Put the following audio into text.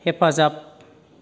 हेफाजाब